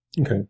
Okay